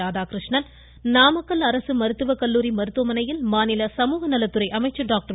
ராதாகிருஷ்ணன் நாமக்கல் அரசு மருத்துவக்கல்லூரி மருத்துவமனையில் மாநில சமூக நலத்துறை அமைச்சர் டாக்டர்